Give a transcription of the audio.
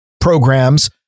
programs